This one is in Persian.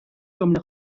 جمله